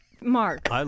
Mark